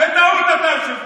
בטעות אתה היושב-ראש.